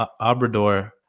Obrador